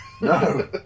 No